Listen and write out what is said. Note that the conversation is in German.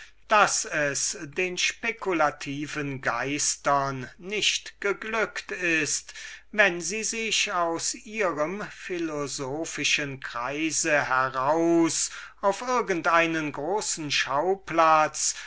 daß es den spekulativen geistern nicht geglückt hat wenn sie sich aus ihrer philosophischen sphäre heraus und auf irgend einen großen schauplatz